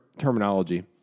terminology